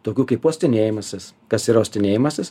tokių kaip uostinėjimasis kas yra uostinėjimasis